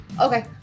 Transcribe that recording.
Okay